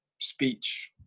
speech